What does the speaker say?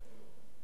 הוא תמיד במצב רוח.